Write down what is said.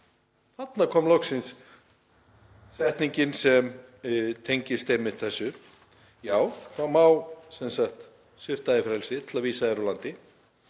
Þarna kom loksins setningin sem tengist þessu. Það má svipta þig frelsi til að vísa þér úr landi.